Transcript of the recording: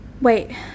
wait